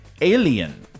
Alien